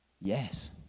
Yes